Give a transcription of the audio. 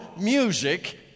music